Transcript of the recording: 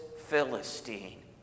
Philistine